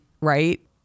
right